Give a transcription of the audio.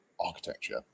architecture